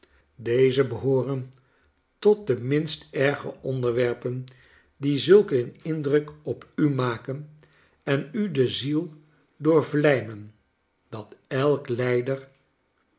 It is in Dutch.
deze behooren tot de minst erge onderwerpen die zulk een indruk op u maken en u de ziel doorvlijmen dat elk lijder